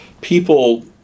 people